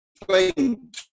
playing